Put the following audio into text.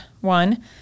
one